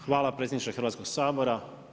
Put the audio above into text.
Hvala predsjedniče Hrvatskog sabora.